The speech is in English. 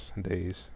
days